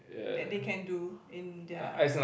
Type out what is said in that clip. that they can do in their